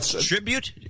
Tribute